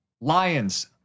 Lions